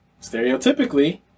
Stereotypically